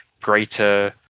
greater